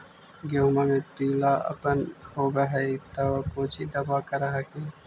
गोहुमा मे पिला अपन होबै ह तो कौची दबा कर हखिन?